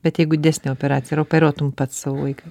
bet jeigu didesnę operaciją ar operuotum pats savo vaiką